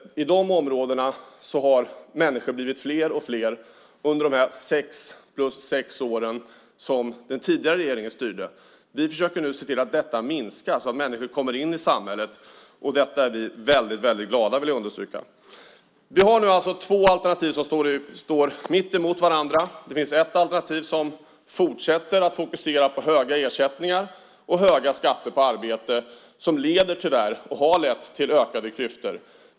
I de områdena har dessa människor blivit fler och fler under de sex plus sex åren som den tidigare regeringen styrde. Vi försöker se till att detta minskar så att människor kommer in i samhället. Detta är vi glada för, vill jag understryka. Vi har två alternativ som står mot varandra. Det finns ett alternativ som fortsätter att fokusera på höga ersättningar och höga skatter på arbete. Det leder till och har lett till ökade klyftor, tyvärr.